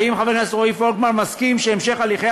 האם חבר הכנסת רועי פולקמן מסכים שהמשך הליכי